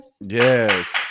yes